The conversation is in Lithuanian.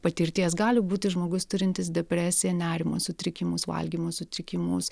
patirties gali būti žmogus turintis depresiją nerimo sutrikimus valgymo sutrikimus